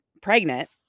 pregnant